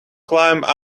climbed